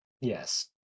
Yes